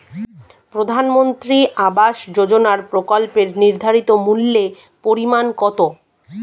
প্রধানমন্ত্রী আবাস যোজনার প্রকল্পের নির্ধারিত মূল্যে পরিমাণ কত?